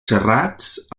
serrats